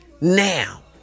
Now